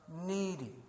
needy